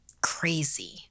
crazy